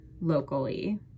locally